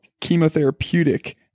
chemotherapeutic